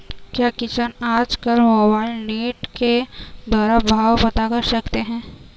क्या किसान आज कल मोबाइल नेट के द्वारा भाव पता कर सकते हैं?